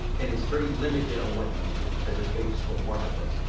and it's very limited on what you can do such as facebook marketplace.